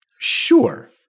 Sure